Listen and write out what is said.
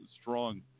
strong